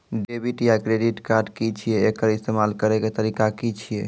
Debit या credit card की छियै? एकर इस्तेमाल करैक तरीका की छियै?